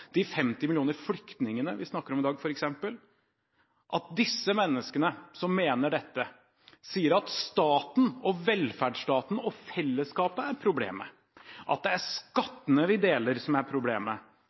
de 50 millioner flyktningene vi snakker om i dag, f.eks. – at disse menneskene, som mener dette, sier at staten og velferdsstaten og fellesskapet er problemet, at det er